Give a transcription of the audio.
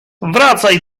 wracaj